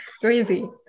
crazy